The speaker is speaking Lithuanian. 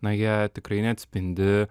na jie tikrai neatspindi